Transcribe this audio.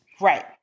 right